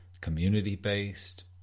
community-based